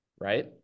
right